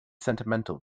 sentimental